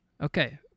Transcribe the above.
Okay